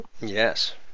yes